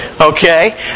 okay